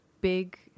big